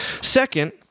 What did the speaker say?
Second